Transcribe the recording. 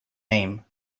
name